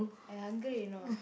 I hungry you know